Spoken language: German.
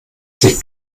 sich